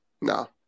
No